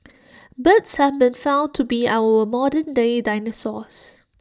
birds have been found to be our modernday dinosaurs